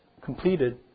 completed